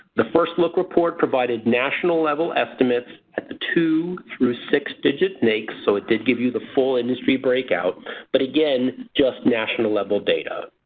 the first look report provided national level estimates at the two through six digit naics so it did give you the full industry breakout but again, just national level data.